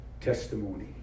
testimony